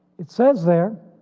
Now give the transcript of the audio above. it says they're,